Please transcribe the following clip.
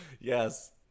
Yes